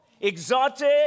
exotic